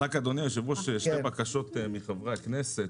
אדוני היושב ראש, שתי בקשות מחברי הכנסת.